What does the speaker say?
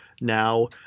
now